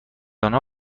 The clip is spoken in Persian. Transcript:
آنها